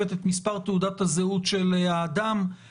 ופה אתה פותח גם את הסודיות הרפואית של הבן אדם,